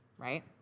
right